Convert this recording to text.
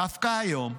דווקא היום,